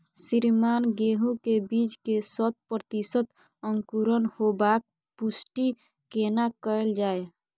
श्रीमान गेहूं के बीज के शत प्रतिसत अंकुरण होबाक पुष्टि केना कैल जाय?